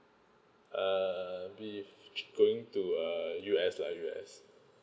uh with going to uh U_S lah U_S